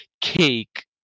cake